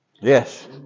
Yes